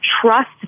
trust